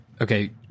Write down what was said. Okay